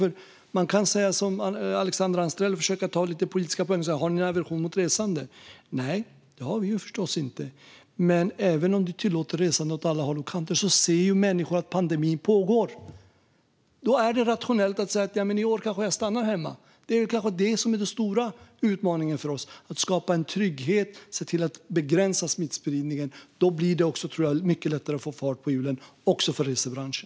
Som Alexandra Anstrell kan man försöka plocka politiska poäng och fråga om vi har någon aversion mot resande. Nej, det har vi förstås inte. Men även om vi tillåter resande åt alla håll och kanter ser människor att pandemin pågår. Då är det rationellt att stanna hemma i år. Den stora utmaningen för oss är att skapa en trygghet och begränsa smittspridningen. Då blir det mycket lättare att få fart på hjulen också för resebranschen.